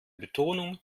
betonung